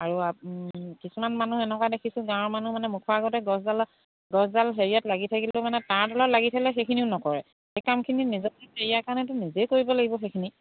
আৰু কিছুমান মানুহ এনেকুৱা দেখিছোঁ গাঁৱৰ মানুহ মানে মুখৰ আগতে গছডালত গছডাল হেৰিয়াত লাগি থাকিলেও মানে তাঁৰডালত লাগি থাকিলেও সেইখিনিও নকৰে সেই কামখিনি নিজকে হেৰিয়াৰ কাৰণেতো নিজেই কৰিব লাগিব সেইখিনি